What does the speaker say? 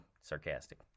sarcastic